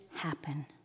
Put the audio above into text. Happen